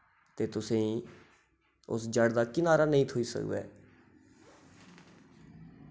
ते तुसेंई उस जढ़ दा किनारा नेईं थ्होई सकदा ऐ